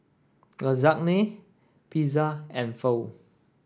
Lasagne Pizza and Pho